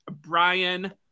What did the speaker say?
Brian